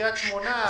קריית שמונה.